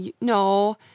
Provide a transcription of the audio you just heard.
no